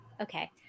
Okay